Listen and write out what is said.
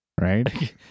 right